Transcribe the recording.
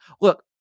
look